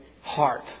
heart